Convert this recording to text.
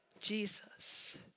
Jesus